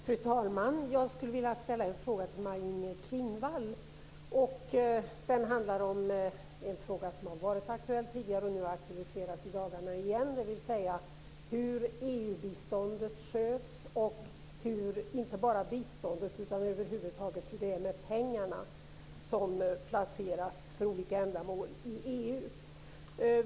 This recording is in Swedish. Fru talman! Jag vill ställa en fråga till Maj-Inger Klingvall. Det är en fråga som har varit aktuell tidigare och som nu aktualiserats i dagarna igen, dvs. hur EU-biståndet sköts och hur det är inte bara med biståndet utan över huvud taget med pengarna som placeras för olika ändamål i EU.